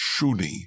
Shuni